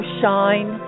shine